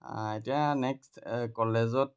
এতিয়া নেক্সট কলেজত